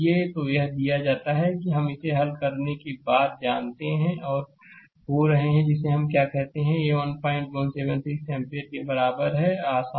तो यह दिया जाता है कि हम इसे हल करने के बाद जानते हैं आर हो रहे हैं जिसे हम क्या कहते हैं 1176 एम्पीयर के बराबर है आसान है